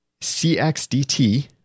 CXDT